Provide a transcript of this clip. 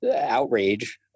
outrage